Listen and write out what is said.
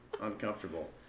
uncomfortable